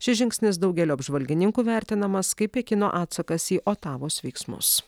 šis žingsnis daugelio apžvalgininkų vertinamas kaip pekino atsakas į otavos veiksmus